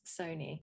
Sony